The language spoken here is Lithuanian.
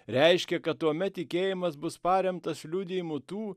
reiškia kad tuomet tikėjimas bus paremtas liudijimu tų